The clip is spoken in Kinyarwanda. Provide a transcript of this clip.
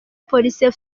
police